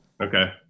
Okay